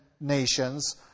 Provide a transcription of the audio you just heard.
nations